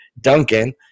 Duncan